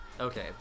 Okay